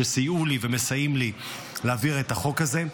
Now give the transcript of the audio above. שסייעו לי ומסייעים להעביר את החוק הזה.